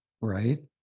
Right